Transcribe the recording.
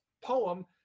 poem